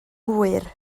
hwyr